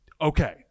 okay